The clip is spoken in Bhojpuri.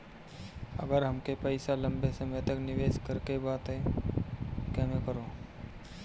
अगर हमके पईसा लंबे समय तक निवेश करेके बा त केमें करों?